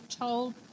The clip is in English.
told